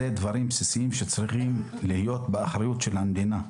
אלה דברים בסיסיים שצריכים להיות באחריות של המדינה.